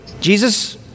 Jesus